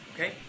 Okay